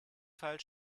fall